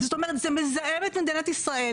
זאת אומרת זה מזהם את מדינת ישראל.